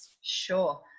Sure